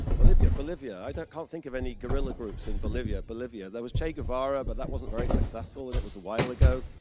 bolivia, bolivia, i can't think of any guerrilla groups in bolivia. bolivia, there was che guevara, but that wasn't very successful, and it was a while ago.